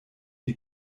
die